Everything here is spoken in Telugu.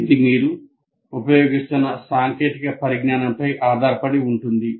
ఇది మీరు ఉపయోగిస్తున్న సాంకేతిక పరిజ్ఞానంపై ఆధారపడి ఉంటుంది